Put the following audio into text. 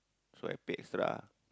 so I paid extra